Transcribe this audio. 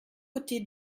côté